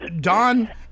Don